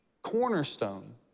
Cornerstone